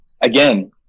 again